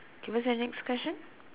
okay what's your next question